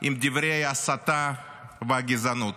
עם דברי הסתה וגזענות.